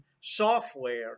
software